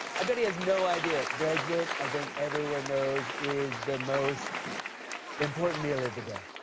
i bet he has no idea. brexit, i think everyone knows, is the most important meal of the day.